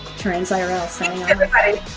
trans ah irl signing